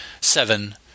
seven